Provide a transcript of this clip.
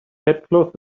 headcloth